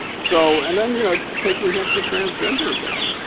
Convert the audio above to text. so and then you know take for example, the transgender ban.